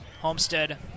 Homestead